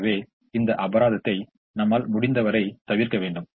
எனவே இந்த அபராதத்தை நம்மால் முடிந்தவரை தவிர்க்க வேண்டும்